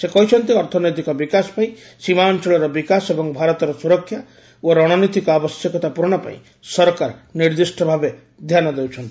ସେ କହିଛନ୍ତି ଅର୍ଥନୈତିକ ବିକାଶ ପାଇଁ ସୀମା ଅଂଚଳର ବିକାଶ ଏବଂ ଭାରତର ସୁରକ୍ଷା ଓ ରଣନୀତିକ ଆବଶ୍ୟକତା ପୂରଣ ପାଇଁ ସରକାର ନିର୍ଦ୍ଦିଷ୍ଟ ଭାବେ ଧ୍ୟାନ ଦେଉଛନ୍ତି